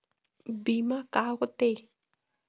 बीमा का होते?